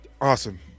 awesome